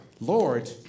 Lord